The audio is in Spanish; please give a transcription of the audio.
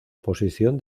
posición